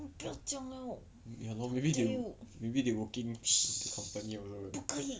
ya lor maybe they maybe they working with the company also